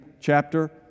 chapter